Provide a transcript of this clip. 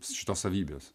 šitos savybės